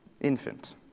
infant